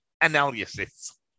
analysis